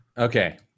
Okay